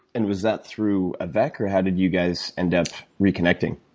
and was that through avec, or how did you guys end up reconnecting?